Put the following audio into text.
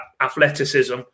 athleticism